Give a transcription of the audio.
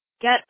get